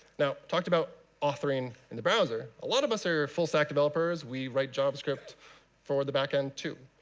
now, talked about authoring in the browser. a lot of us are full-stack developers. we write javascript for the back-end too.